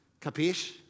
Capish